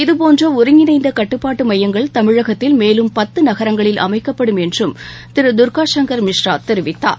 இதபோன்றஒருங்கிணைந்தகட்டுப்பாட்டுமையங்கள் தமிழகத்தில் மேலும் பத்துநகரங்களில் அமைக்கப்படும் என்றும் திருதர்கா சங்கர் மிஸ்ரா தெரிவித்தார்